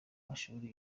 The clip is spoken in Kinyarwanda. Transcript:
mashuli